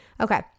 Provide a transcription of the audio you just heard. Okay